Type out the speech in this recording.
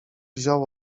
wziął